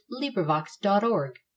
LibriVox.org